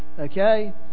Okay